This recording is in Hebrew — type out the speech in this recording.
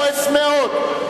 כועס מאוד,